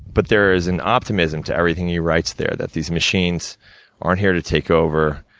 but there is an optimism to everything he writes there, that these machines aren't here to take over,